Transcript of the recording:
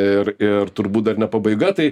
ir ir turbūt dar ne pabaiga tai